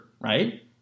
right